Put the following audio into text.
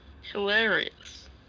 Hilarious